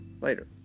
later